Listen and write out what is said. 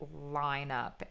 lineup